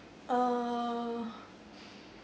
uh